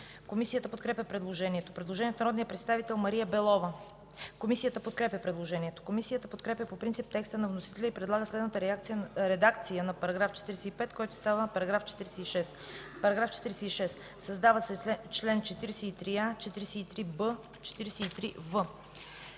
Комисията подкрепя предложението. Предложение на народния представител Мария Белова. Комисията подкрепя предложението. Комисията подкрепя по принцип текста на вносителя и предлага следната редакция на § 45, който става § 46: „§ 46. Създават се чл. 43а, 43б и 43в: